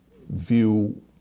view